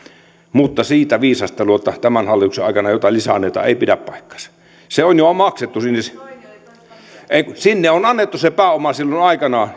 mutta kun viisastellaan siitä että tämän hallituksen aikana jotain lisää annetaan niin se ei pidä paikkaansa se on jo maksettu sinne sinne on annettu se pääoma silloin aikanaan